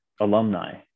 alumni